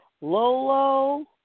Lolo